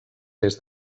des